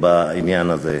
בעניין הזה.